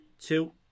two